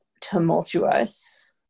tumultuous